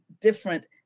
different